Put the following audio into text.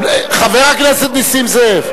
חבר הכנסת נסים זאב,